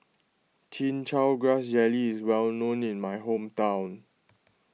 Chin Chow Grass Jelly is well known in my hometown